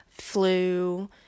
flu